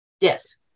yes